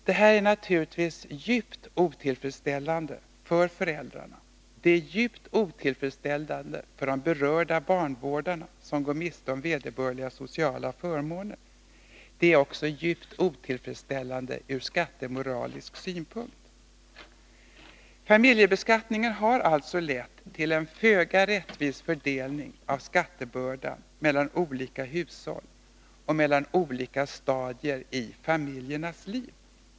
Detta är djupt otillfredsställande för föräldrarna, det är djupt otillfredsställande för de berörda barnavårdarna som går miste om vederbörliga sociala förmåner, det är också djupt otillfredsställande ur skattemoralisk synpunkt. Familjebeskattningen har alltså lett till en föga rättvis fördelning av skattebördan mellan olika hushåll och mellan olika stadier i familjernas liv.